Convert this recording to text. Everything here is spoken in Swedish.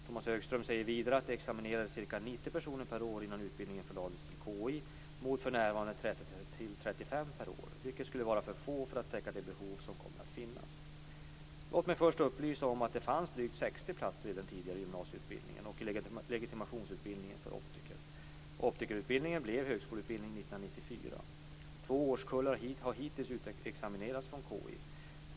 Tomas Högström säger vidare att det examinerades ca 90 personer per år innan utbildningen förlades till per år, vilket skulle vara för få för att täcka det behov som kommer att finnas. Låt mig först upplysa om att det fanns drygt 60 platser i den tidigare gymnasieutbildningen och i legitimationsutbildningen för optiker. Optikerutbildningen blev högskoleutbildning 1994. Två årskullar har hittills utexaminerats från KI.